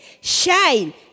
Shine